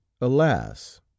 alas